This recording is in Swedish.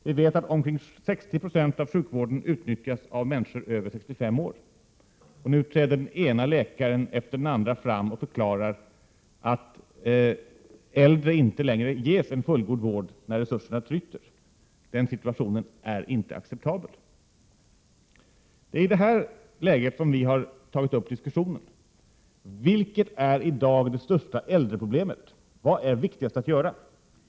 Vi vet att omkring 60 20 av sjukvården utnyttjas av människor över 65 år. Nu träder den ena läkaren efter den andra fram och förklarar att de äldre inte längre ges fullgod vård när resurserna tryter. Den situationen är inte acceptabel. Det är i detta läge som vi har tagit upp diskussionen: Vilket är i dag det största äldreproblemet? Vad är viktigast att göra?